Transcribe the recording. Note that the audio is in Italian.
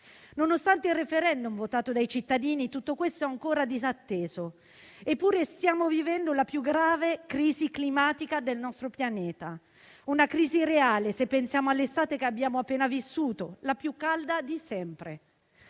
Nonostante il *referendum*, votato dai cittadini, tutto questo è ancora disatteso, eppure stiamo vivendo la più grave crisi climatica del nostro pianeta, una crisi reale, se pensiamo all'estate che abbiamo appena vissuto, che è stata la più calda di sempre.